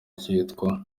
kitwa